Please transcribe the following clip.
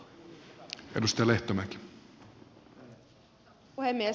arvoisa puhemies